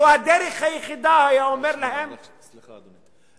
זו הדרך היחידה, הוא היה אומר להם, סליחה, אדוני.